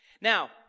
Now